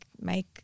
make